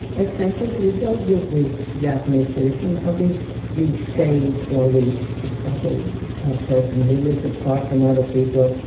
eccentricity goes with the japanese tradition of the the sage or the the special person who lives apart from other people,